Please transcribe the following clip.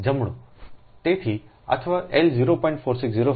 જમણું તેથી અથવા L 0